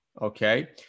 Okay